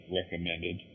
recommended